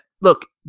look